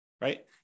right